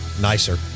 nicer